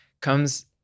comes